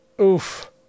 Oof